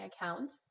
account